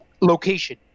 location